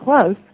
close